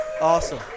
Awesome